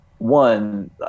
One